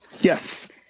Yes